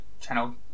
channel